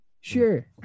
sure